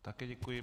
Také děkuji.